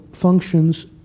functions